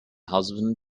husband